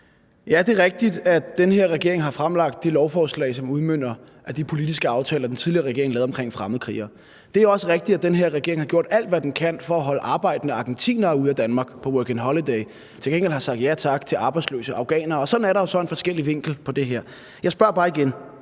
Ja, det er rigtigt, at den her regering har fremsat de lovforslag, som udmønter de politiske aftaler, den tidligere regering lavede om fremmedkrigere. Det er også rigtigt, at den her regering har gjort alt, hvad den kan, for at holde arbejdende argentinere – på working holiday – ude af Danmark, men til gengæld har sagt ja tak til arbejdsløse afghanere. Og sådan er der forskellige vinkler på det her. Jeg spørger bare igen,